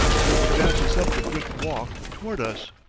who advances up the bricked walk toward us,